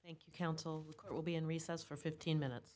thank you counsel rico will be in recess for fifteen minutes